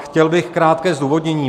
Chtěl bych říci krátké zdůvodnění.